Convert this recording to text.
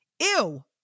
ew